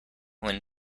when